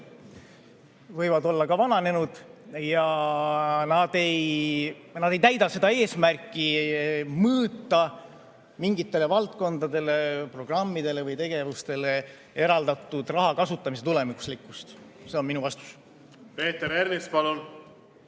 võivad olla ka vananenud. Nad ei täida seda eesmärki mõõta mingitele valdkondadele, programmidele või tegevustele eraldatud raha kasutamise tulemuslikkust. See on minu vastus. Jaa! Küsimus